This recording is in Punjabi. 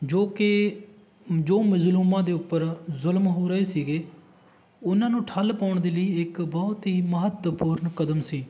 ਜੋ ਕਿ ਜੋ ਮਜਲੂਮਾਂ ਦੇ ਉੱਪਰ ਜ਼ੁਲਮ ਹੋ ਰਹੇ ਸੀਗੇ ਉਹਨਾਂ ਨੂੰ ਠੱਲ ਪਾਉਣ ਦੇ ਲਈ ਇੱਕ ਬਹੁਤ ਹੀ ਮਹੱਤਵਪੂਰਨ ਕਦਮ ਸੀ